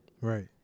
Right